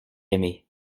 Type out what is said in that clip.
aimée